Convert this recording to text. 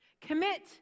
Commit